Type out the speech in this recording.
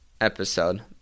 episode